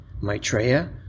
Maitreya